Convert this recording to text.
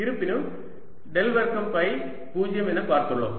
இருப்பினும் டெல் வர்க்கம் ஃபை 0 என பார்த்துள்ளோம்